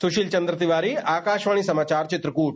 सुशील चन्द्र तिवारी आकाशवाणी समाचार चित्रकूट